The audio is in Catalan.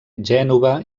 gènova